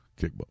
Kickball